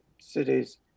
cities